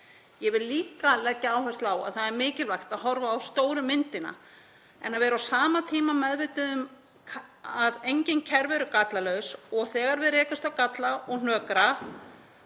Ég vil líka leggja áherslu á að það er mikilvægt að horfa á stóru myndina en vera á sama tíma meðvituð um að engin kerfi eru gallalaus og þegar við rekumst á galla og hnökra